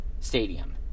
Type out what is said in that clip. Stadium